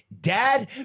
Dad